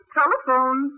telephone